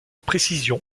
précision